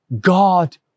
God